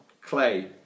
Clay